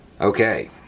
Okay